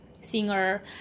singer